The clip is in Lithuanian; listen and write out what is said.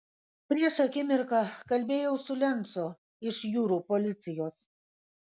prieš akimirką kalbėjau su lencu iš jūrų policijos